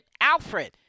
Alfred